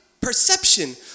perception